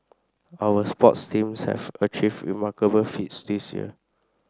our sports teams have achieved remarkable feats this year